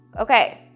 Okay